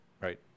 right